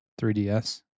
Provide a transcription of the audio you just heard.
3ds